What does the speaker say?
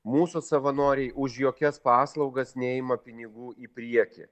mūsų savanoriai už jokias paslaugas neima pinigų į priekį